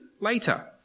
later